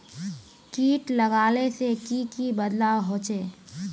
किट लगाले से की की बदलाव होचए?